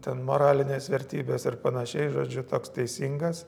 ten moralinės vertybės ir panašiai žodžiu toks teisingas